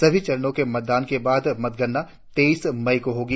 सभी चरणों के मतदान के बाद मतगणना तेइस मई को होगी